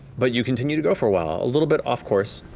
but you continue to go for a while, a little bit off course,